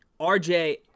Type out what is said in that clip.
RJ